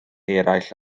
eraill